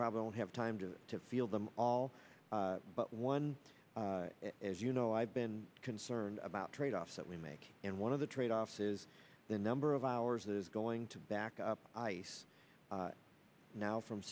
probably don't have time to to feel them all but one is you know i've been concerned about tradeoffs that we make and one of the tradeoffs is the number of hours that is going to back up ice now from